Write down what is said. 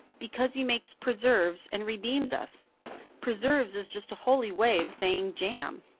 because he makes preserves, and redeems us preserves is just a holy way of saying jam.